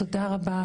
תודה רבה,